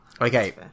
Okay